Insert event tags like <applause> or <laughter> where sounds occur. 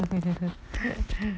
<laughs>